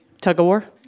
Tug-of-war